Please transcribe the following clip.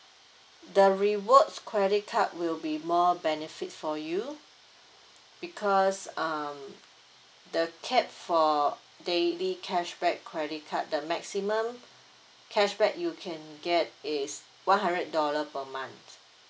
the rewards credit card will be more benefits for you because um the cap for daily cashback credit card the maximum cashback you can get is one hundred dollar per month